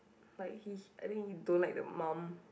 like he I think he don't like the mum